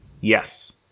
Yes